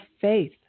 faith